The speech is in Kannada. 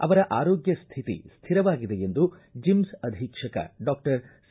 ಅವರ ಆರೋಗ್ಯ ಸ್ಥಿತಿ ಸ್ಥಿರವಾಗಿದೆ ಎಂದು ಜಿಮ್ನ್ ಅಧೀಕ್ಷಕ ಡಾಕ್ಟರ್ ಸಿ